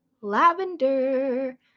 lavender